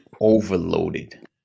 overloaded